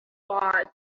frauds